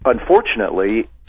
Unfortunately